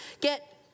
get